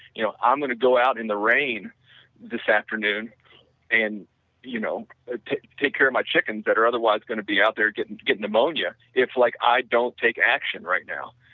you know i'm going to go out in the rain this afternoon and you know ah take care of my chickens that are otherwise going to be out there getting getting pneumonia, if like i don't take action right now,